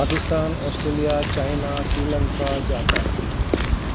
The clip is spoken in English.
Pakistan Australia China Sri Lanka Japan